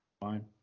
Fine